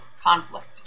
conflict